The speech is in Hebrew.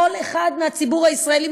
כל אחד מהציבור הישראלי,